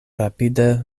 rapide